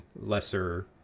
lesser